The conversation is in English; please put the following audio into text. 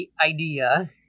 idea